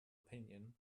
opinion